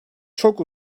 çok